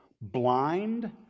Blind